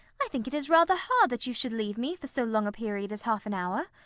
i think it is rather hard that you should leave me for so long a period as half an hour.